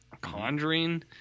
Conjuring